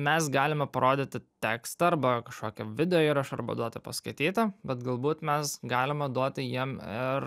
mes galime parodyti tekstą arba kažkokį video įrašą arba duoti paskaityti bet galbūt mes galime duoti jiem ir